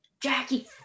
Jackie